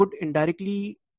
indirectly